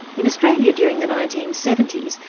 in australia, during the nineteen seventy s,